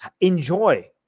enjoy